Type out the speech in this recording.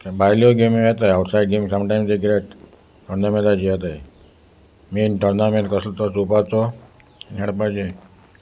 भायल्यो गेमी येताय आवटसायड गेमी समामटायम्स एक कि्र टोर्नामेंटाचाची येताय मेन टोर्नामेंट कसलो तो चोवपाचो खेळपाचें